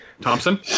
Thompson